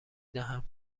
دهم